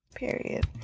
Period